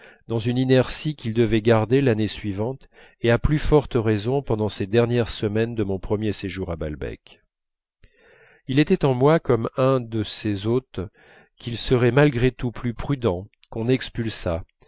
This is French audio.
dans une inertie qu'il devait garder l'année suivante et à plus forte raison pendant ces dernières semaines de mon premier séjour à balbec il était en moi comme un de ces hôtes qu'il serait malgré tout plus prudent qu'on expulsât